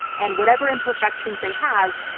and whatever imperfections they have,